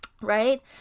right